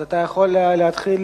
אז אתה יכול להתחיל